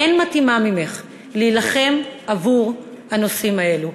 אין מתאימה ממך להילחם עבור הנושאים האלה.